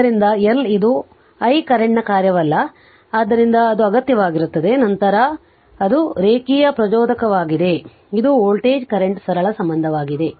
ಆದ್ದರಿಂದ L ಇದು I ಕರೆಂಟ್ನ ಕಾರ್ಯವಲ್ಲ ಆದ್ದರಿಂದ ಅದು ಅಗತ್ಯವಾಗಿರುತ್ತದೆ ನಂತರ ಅದು ರೇಖೀಯ ಪ್ರಚೋದಕವಾಗಿದೆ ಆದ್ದರಿಂದ ಇದು ವೋಲ್ಟೇಜ್ ಕರೆಂಟ್ ಸರಳ ಸಂಬಂಧವಾಗಿದೆ